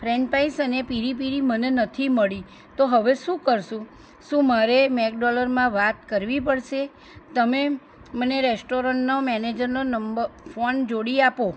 French fries અને peri peri મને નથી મળી તો હવે શું કરશું શું મારે મેકડોનલરમાં વાત કરવી પડશે તમે મને રેસ્ટોરન્ટના મેનેજરનો નંબર ફોન જોડી આપો